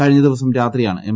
കഴിഞ്ഞ ദിവസം രാത്രിയാണ് എം